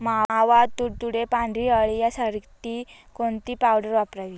मावा, तुडतुडे, पांढरी अळी यासाठी कोणती पावडर वापरावी?